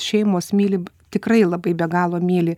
šeimos myli tikrai labai be galo myli